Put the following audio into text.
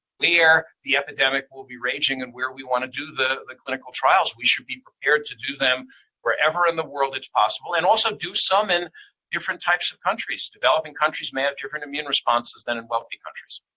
the epidemic will be raging and where we want to do the the clinical trials. we should be prepared to do them wherever in the world it's possible, and also do some in different types of countries. developing countries may have different immune responses than in wealthy countries.